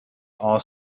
all